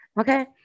Okay